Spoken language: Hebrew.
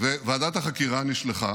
ועדת החקירה נשלחה